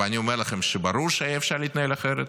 ואני אומר לכם שברור שהיה אפשר להתנהל אחרת,